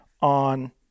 on